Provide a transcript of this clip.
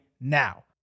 now